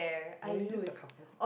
I only use a couple